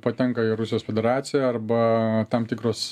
patenka į rusijos federaciją arba tam tikros